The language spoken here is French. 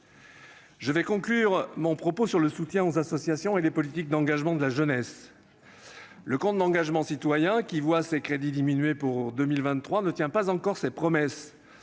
Je conclurai mon propos en évoquant le soutien aux associations et les politiques d'engagement de la jeunesse. Le compte d'engagement citoyen (CEC), qui voit ses crédits diminuer pour 2023, ne tient pas encore ses promesses.